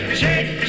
shake